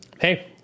Hey